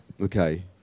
okay